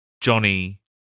Johnny